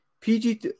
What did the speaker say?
PG